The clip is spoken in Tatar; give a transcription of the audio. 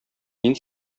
мин